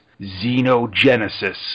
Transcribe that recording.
Xenogenesis